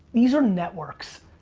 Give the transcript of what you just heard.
these are networks.